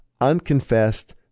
unconfessed